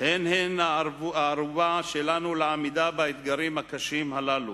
הן הן הערובה שלנו לעמידה באתגרים הקשים הללו.